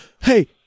hey